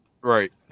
Right